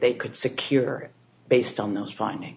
they could secure based on those finding